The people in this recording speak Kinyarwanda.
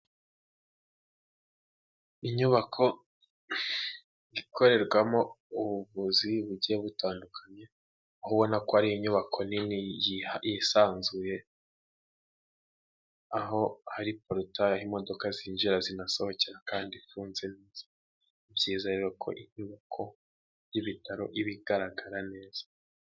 Inyubako ikorerwamo ubuvuzi bugiye butandukanye, aho ubona ko ari inyubako nini yisanzuye, aho hari porotayi aho imodoka zinjira zinasohokera kandi ifunze neza. Ni byiza rero ko inyubako y'ibitaro iba igaragara neza.